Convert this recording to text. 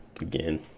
again